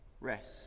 rest